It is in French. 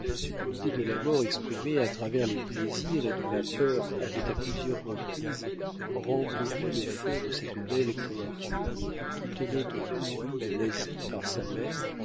l'idée de la mort exprimée à travers les plaisirs et dont la peur avait à plusieurs reprises rembruni le front de cette belle créature qui tenait aux houris de l'asie par sa mère